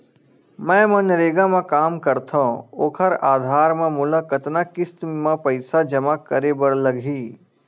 मैं मनरेगा म काम करथव, ओखर आधार म मोला कतना किस्त म पईसा जमा करे बर लगही?